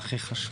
זה הכי חשוב.